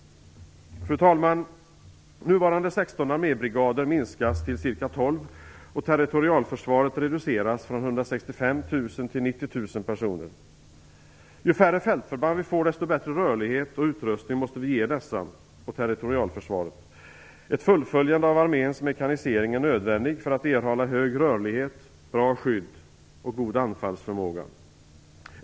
Fru talman! Nuvarande 16 armébrigader minskas till ca 12 och territorialförsvaret reduceras från 165 000 till 90 000 personer. Ju färre fältförband vi får, desto bättre rörlighet och utrustning måste vi ge dessa och territorialförsvaret. Ett fullföljande av arméns mekanisering är nödvändigt för att erhålla hög rörlighet, bra skydd och god anfallsförmåga.